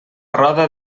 roda